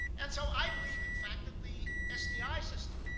and so i believe, in fact, that the sdi system,